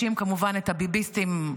האשים כמובן את הביביסטים,